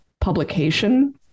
publication